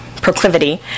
proclivity